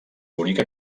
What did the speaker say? bonica